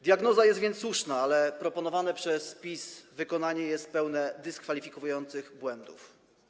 Diagnoza jest więc słuszna, ale proponowane przez PiS wykonanie jest pełne dyskwalifikujących błędów.